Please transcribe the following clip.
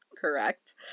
Correct